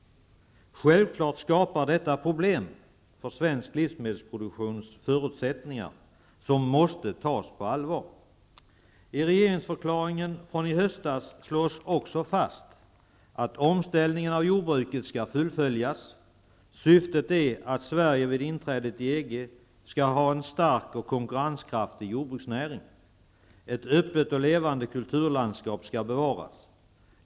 Självfallet skapar detta problem för svensk livsmedelsproduktions förutsättningar, vilka måste tas på allvar. I regeringsförklaringen från i höstas slås också fast att omställningen av jordbruket skall fullföljas. Syftet är att Sverige vid inträdet i EG skall ha en stark och konkurrenskraftig jordbruksnäring. Ett öppet och levande kulturlandskap skall bevaras.